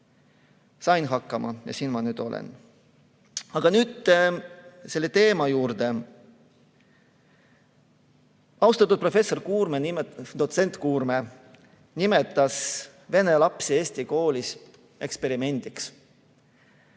Sain hakkama ja siin ma nüüd olen. Aga nüüd selle teema juurde. Austatud dotsent Kuurme nimetas vene lapsi eesti koolis eksperimendiks.